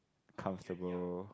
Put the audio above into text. comfortable